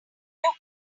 your